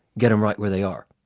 get em right where they are.